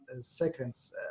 seconds